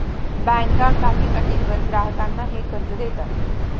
बँका काही अटींवर ग्राहकांना हे कर्ज देतात